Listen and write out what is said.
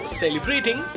celebrating